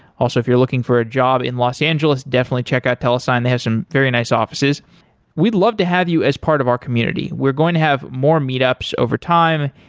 also, if you're looking for a job in los angeles, definitely check out telesign. they have some very nice offices we'd love to have you as part of our community. we're going to have more meetups over time,